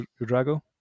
Udrago